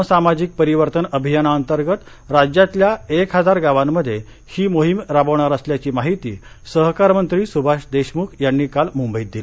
ग्राम सामाजिक परिवर्तन अभियाना अंतर्गत राज्यातल्या एक हजार गावांमध्ये ही मोहीम राबवणार असल्याची माहिती सहकार मंत्री सुभाष देशमुख यांनी काल मुंबईत दिली